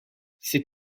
ces